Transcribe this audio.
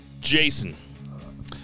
Jason